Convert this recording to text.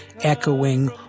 echoing